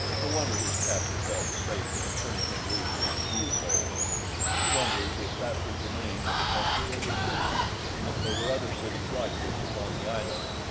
no wonder his captor felt safe in turning him loose in oo-oh he wondered if that was the name of the country or the city and if there were other cities like this upon the island.